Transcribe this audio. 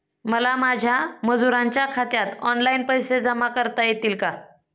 मला माझ्या मजुरांच्या खात्यात ऑनलाइन पैसे जमा करता येतील का?